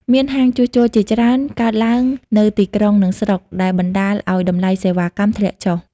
មានហាងជួសជុលជាច្រើនកើតឡើងនៅទីក្រុង និងស្រុក ដែលបណ្តាលឲ្យតម្លៃសេវាកម្មធ្លាក់ចុះ។